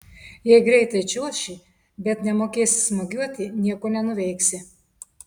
jei greitai čiuoši bet nemokėsi smūgiuoti nieko nenuveiksi